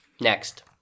Next